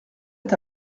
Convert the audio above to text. est